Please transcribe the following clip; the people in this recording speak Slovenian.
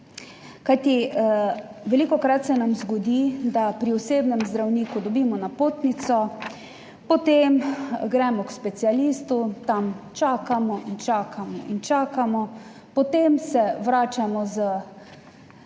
kajti velikokrat se nam zgodi, da pri osebnem zdravniku dobimo napotnico, potem gremo k specialistu, tam čakamo in čakamo in čakamo, potem se vračamo z